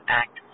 act